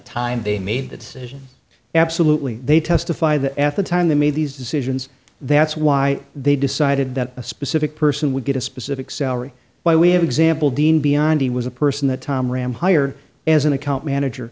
time they made the decision absolutely they testify that at the time they made these decisions that's why they decided that a specific person would get a specific salary while we have example dean biondi was a person that tom ram hired as an account manager